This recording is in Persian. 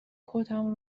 کتم